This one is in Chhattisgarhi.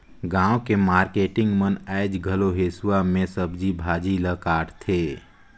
गाँव के मारकेटिंग मन आयज घलो हेसुवा में सब्जी भाजी ल काटथे